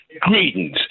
Greetings